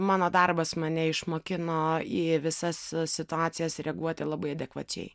mano darbas mane išmokino į visas situacijas reaguoti labai adekvačiai